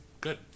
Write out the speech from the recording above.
Good